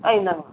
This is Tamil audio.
ஆ இந்தாங்க